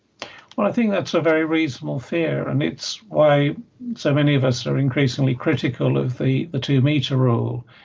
well, i think that's a very reasonable fear and it's why so many of us are increasingly critical of the two-metre rule.